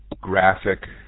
graphic